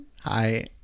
Hi